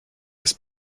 des